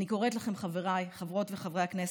אני קוראת לכם, חבריי חברות וחברי הכנסת: